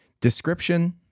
Description